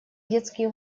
детские